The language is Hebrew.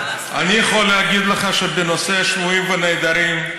בנושא שבויים ונעדרים,